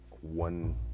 one